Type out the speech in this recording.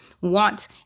want